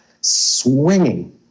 swinging